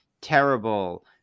terrible